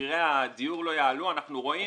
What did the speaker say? שמחירי הדיור לא יעלו אנחנו רואים